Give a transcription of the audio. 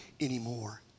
anymore